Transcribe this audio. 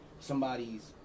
somebody's